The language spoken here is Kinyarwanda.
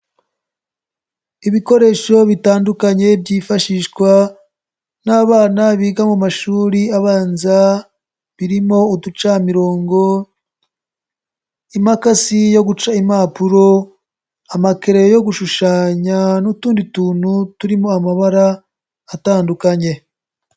Ibikoresho bitandukanye byifashishwa n'abana biga mu mashuri abanza birimo uducamirongo, imakasi yo guca impapuro, amakereyo yo gushushanya n'utundi tuntu turimo amabara atandukanye.